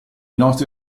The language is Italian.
nostri